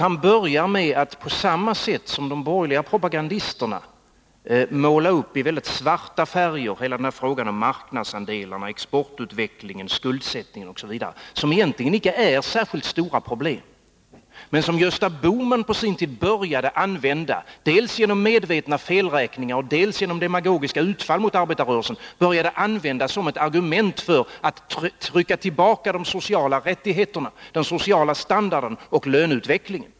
Han började med att på samma sätt som de borgerliga propagandisterna måla upp i väldigt svarta färger hela frågan om marknadsandelar, exportutveckling, skuldsättning osv., som egentligen inte är särskilt stora problem men som Gösta Bohman på sin tid började använda dels genom medvetna felräkningar, dels genom demagogiska utfall mot arbetarrörelsen som argument för att trycka tillbaka de sociala rättigheterna, den sociala standarden och löneutvecklingen.